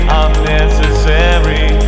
unnecessary